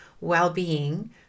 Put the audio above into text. well-being